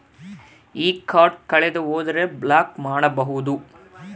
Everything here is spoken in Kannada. ಈ ಕಾರ್ಡ್ ಕಳೆದು ಹೋದರೆ ಬ್ಲಾಕ್ ಮಾಡಬಹುದು?